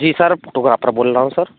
जी sir photographer बोल रहा हूँ सर